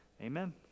Amen